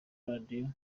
radiyo